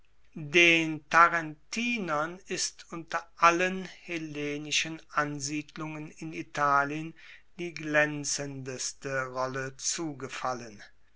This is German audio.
den tarentinern ist unter allen hellenischen ansiedlungen in italien die glaenzendste rolle zugefallen